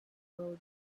road